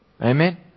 Amen